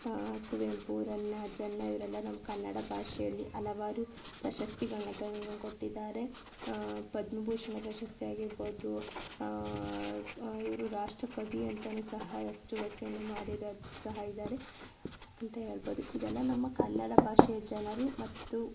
ಕುವೆಂಪು ರನ್ನ ಜನ್ನ ಇವರೆಲ್ಲ ನಮ್ಮ ಕನ್ನಡ ಭಾಷೆಯಲ್ಲಿ ಹಲವಾರು ಪ್ರಶಸ್ತಿಗಳನ್ನ ತಂದುಕೊಟ್ಟಿದ್ದಾರೆ ಪದ್ಮಭೂಷಣ ಪ್ರಶಸ್ತಿ ಆಗಿರಬೋದು ಇವರು ರಾಷ್ಟ್ರಕವಿ ಅಂತಲೂ ಸಹ ಹೆಸ್ರುವಾಸಿಯನ್ನು ಮಾಡಿದರೆ ಸಹ ಇದ್ದಾರೆ ಅಂತೆ ಹೇಳ್ಬೋದು ಇದೆಲ್ಲ ನಮ್ಮ ಕನ್ನಡ ಭಾಷೆಯ ಜನರು ಮತ್ತು